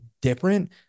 different